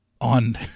on